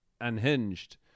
unhinged